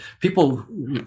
people